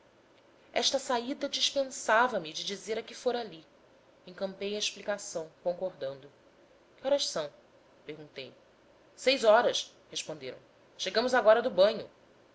esta saída dispensava me de dizer a que fora ali encampei a explicação concordando que horas são perguntei seis horas responderam chegamos agora mesmo do